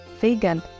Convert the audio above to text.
vegan